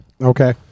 Okay